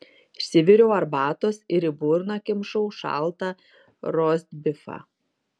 išsiviriau arbatos ir į burną kimšau šaltą rostbifą